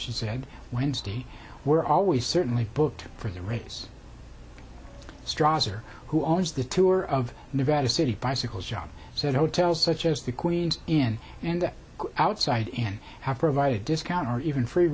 here he said wednesday we're always certainly booked for the race straws or who owns the tour of nevada city bicycle shop said hotels such as the queens in and outside and have provided discount or even free